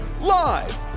live